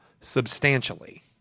substantially